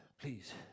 please